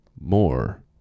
more